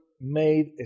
made